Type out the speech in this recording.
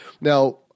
now